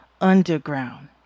underground